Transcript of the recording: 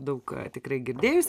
daug tikrai girdėjus